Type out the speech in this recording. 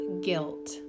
Guilt